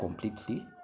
completely